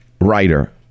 writer